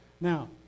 Now